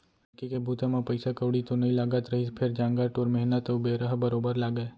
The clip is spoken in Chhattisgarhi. ढेंकी के बूता म पइसा कउड़ी तो नइ लागत रहिस फेर जांगर टोर मेहनत अउ बेरा ह बरोबर लागय